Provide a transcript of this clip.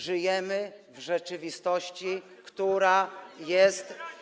Żyjemy w rzeczywistości, która jest.